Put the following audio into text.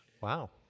wow